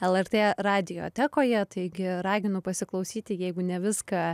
lrt radiotekoje taigi raginu pasiklausyti jeigu ne viską